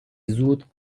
زود